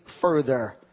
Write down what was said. further